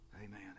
Amen